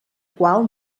qual